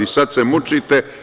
Sad se mučite.